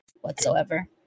whatsoever